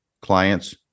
clients